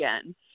again